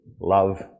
love